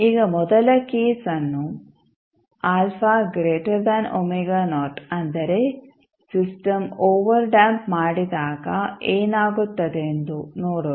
ಈಗ ಮೊದಲ ಕೇಸ್ಅನ್ನು ಅಂದರೆ ಸಿಸ್ಟಮ್ ಓವರ್ಡ್ಯಾಂಪ್ ಮಾಡಿದಾಗ ಏನಾಗುತ್ತದೆಂದು ನೋಡೋಣ